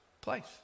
place